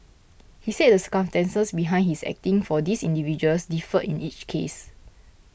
he said the circumstances behind his acting for these individuals differed in each case